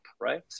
Right